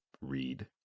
read